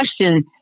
question